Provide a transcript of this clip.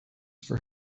for